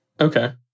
Okay